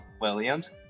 Williams